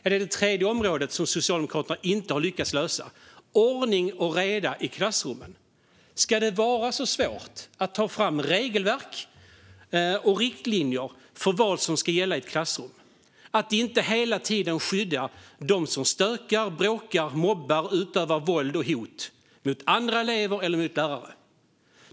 Ja, det är det tredje området som Socialdemokraterna inte har lyckats lösa, nämligen ordning och reda i klassrummen. Ska det vara så svårt att ta fram regelverk och riktlinjer för vad som ska gälla i ett klassrum? Ska det vara så svårt att inte hela tiden skydda dem som stökar, bråkar, mobbar och utövar våld och hot mot andra elever eller mot lärare?